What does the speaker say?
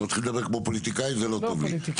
הגדלה של עוד אתרים.